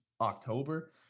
October